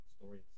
story